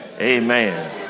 Amen